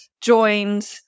joined